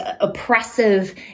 oppressive